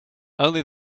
only